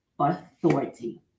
authority